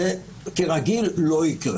זה ברגיל לא יקרה.